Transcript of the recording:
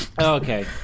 Okay